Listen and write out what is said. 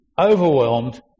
overwhelmed